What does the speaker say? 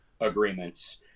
agreements